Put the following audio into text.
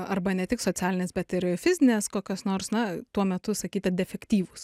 arba ne tik socialinės bet ir fizinės kokios nors na tuo metu sakyta defektyvūs